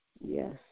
Yes